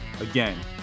Again